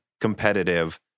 competitive